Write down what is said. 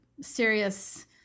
serious